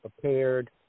prepared